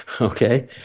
Okay